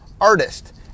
artist